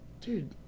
dude